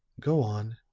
go on,